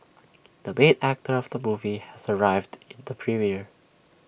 the main actor of the movie has arrived at the premiere